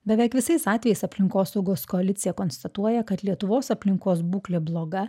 beveik visais atvejais aplinkosaugos koalicija konstatuoja kad lietuvos aplinkos būklė bloga